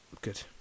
Good